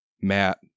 Matt